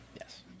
Yes